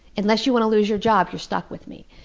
unless you want to lose your job, you're stuck with me.